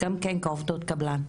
הן עובדות גם כן כעובדות קבלן.